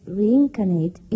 reincarnate